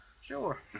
Sure